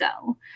go